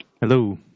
Hello